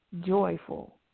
joyful